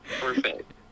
Perfect